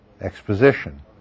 exposition